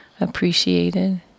appreciated